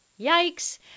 Yikes